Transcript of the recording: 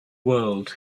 world